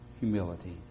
humility